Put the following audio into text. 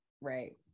right